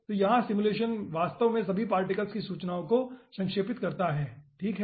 तो यहाँ सिमुलेशन वास्तव में सभी पार्टिकल्स की सूचनाओं को संक्षेपित करता है ठीक है